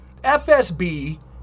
FSB